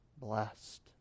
blessed